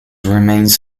remains